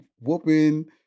whooping